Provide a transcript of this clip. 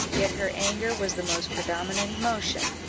yet her anger was the most predominant emotion,